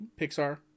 Pixar